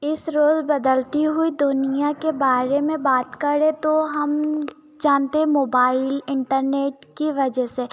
इस रोज़ बदलती हुई दुनियाँ के बारे में बात करें तो हम जानते मोबाईल इंटरनेट की वजह से